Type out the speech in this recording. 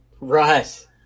Right